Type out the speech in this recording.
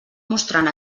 mostrant